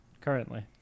Currently